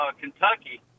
Kentucky